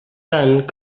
tant